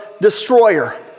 destroyer